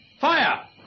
Fire